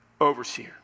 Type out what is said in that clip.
overseer